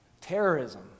terrorism